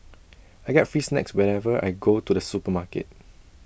I get free snacks whenever I go to the supermarket